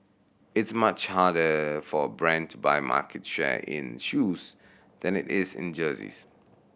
it's much harder for a brand to buy market share in shoes than it is in jerseys